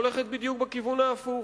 הולכת בדיוק בכיוון ההפוך.